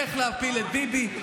איך להפיל את ביבי,